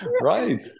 right